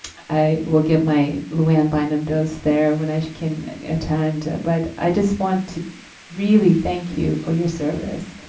i will get my luann bynum dose there when i can attend. but i just want to really thank you for your service.